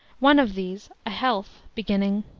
one of these, a health, beginning